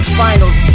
finals